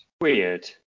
Weird